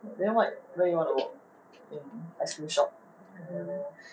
then where you want to work in ice cream shop I don't know